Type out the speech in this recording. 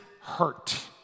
hurt